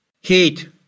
heat